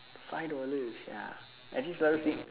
five dollar sia at this level since